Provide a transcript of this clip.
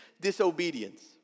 disobedience